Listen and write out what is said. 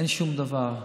אין שום דבר.